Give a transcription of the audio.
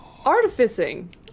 Artificing